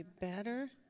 better